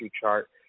chart